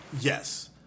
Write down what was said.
Yes